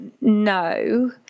no